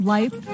Life